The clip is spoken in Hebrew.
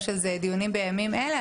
יש על זה דיונים בימים אלה,